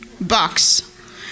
box